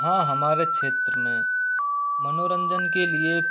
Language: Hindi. हाँ हमारे क्षेत्र में मनोरंजन के लिए